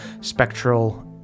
spectral